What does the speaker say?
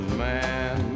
man